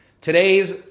today's